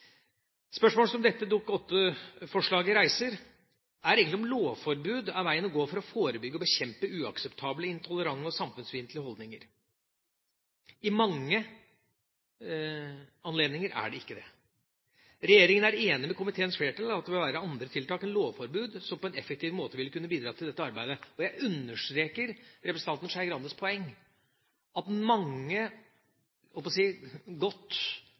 Spørsmålet som dette Dokument 8-forslaget reiser, er egentlig om lovforbud er veien å gå for å forebygge og bekjempe uakseptable, intolerante og samfunnsfiendtlige holdninger. I mange anledninger er det ikke det. Regjeringa er enig med komiteens flertall i at det vil være andre tiltak enn lovforbud som på en effektiv måte vil kunne bidra til dette arbeidet. Jeg understreker representanten Skei Grandes poeng, at mange godt